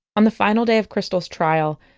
on the final day of krystal's trial,